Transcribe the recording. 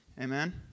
Amen